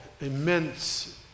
immense